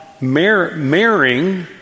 marrying